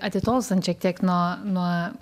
atitolstant šiek tiek nuo nuo